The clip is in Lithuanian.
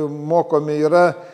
mokomi yra